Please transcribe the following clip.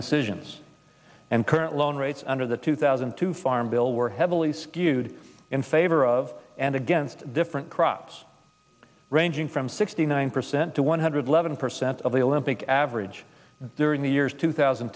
decisions and current loan rates under the two thousand and two farm bill were heavily skewed in favor of and against different crops ranging from sixty nine percent to one hundred eleven percent of the olympic average during the years two thousand